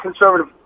conservative